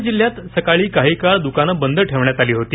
ठाणे जिल्हयात सकाळी काही काळ दुकानं बंद ठेवण्यात आली होती